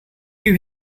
you